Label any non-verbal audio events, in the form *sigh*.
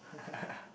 *laughs*